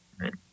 right